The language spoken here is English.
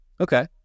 Okay